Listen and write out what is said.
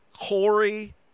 Corey